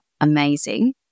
amazing